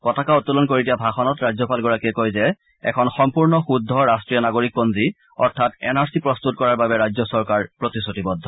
পতাকা উত্তোলন কৰি দিয়া ভাষণত ৰাজ্যপালগৰাকীয়ে কয় যে এখন সম্পূৰ্ণ শুদ্ধ ৰাষ্ট্ৰীয় নাগৰিকপঞ্জী অৰ্থাৎ এন আৰ চি প্ৰস্তুত কৰাৰ বাবে ৰাজ্য চৰকাৰ প্ৰতিশ্ৰুতিবদ্ধ